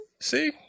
See